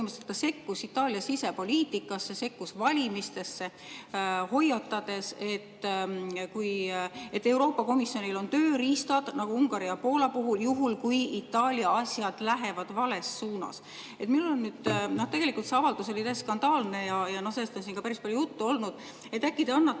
sekkus Itaalia sisepoliitikasse, sekkus valimistesse, hoiatades, et Euroopa Komisjonil on tööriistad nagu Ungari ja Poola puhul, juhul kui Itaalia asjad lähevad vales suunas. Tegelikult see avaldus oli skandaalne ja sellest on siin ka päris palju juttu olnud. Äkki te annate